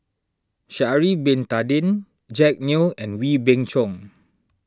Sha'ari Bin Tadin Jack Neo and Wee Beng Chong